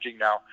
now